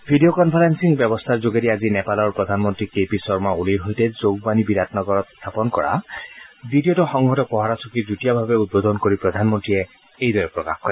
video conferencing ব্যৱস্থাৰ যোগেদি আজি নেপালৰ প্ৰধানমন্ত্ৰী কেপি শৰ্মা অলিৰ সৈতে যোগবাণী বিৰাট নগৰত স্থাপন কৰা দ্বিতীয়টো সংহত পহৰা চকী যুটীয়াভাৱে উদ্বোধন কৰি প্ৰধানমন্ত্ৰীয়ে এইদৰে প্ৰকাশ কৰে